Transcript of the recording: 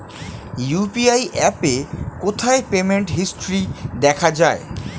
UPI অ্যাপে কোথায় payment history দেখা যায়?